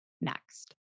next